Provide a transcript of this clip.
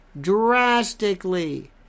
Drastically